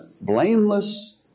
blameless